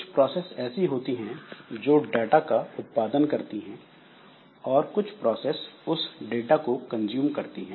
कुछ प्रोसेस ऐसी होती हैं जो डाटा का उत्पादन करती हैं और कुछ प्रोसेस उस डाटा को कंज्यूम करती हैं